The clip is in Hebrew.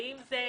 ואם זו